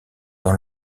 dans